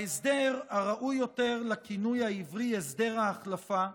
ההסדר, הראוי יותר לכינוי העברי "הסדר ההחלפה",